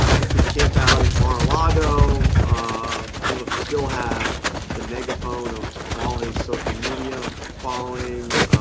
he can camp out at mar-a-lago he will still have the megaphone of of all his social media following